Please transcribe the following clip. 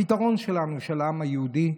הפתרון שלנו, של העם היהודי,